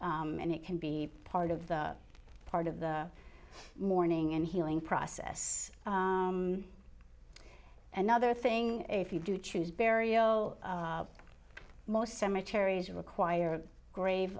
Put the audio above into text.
and it can be part of the part of the morning and healing process and other thing if you do choose burial most cemeteries require grave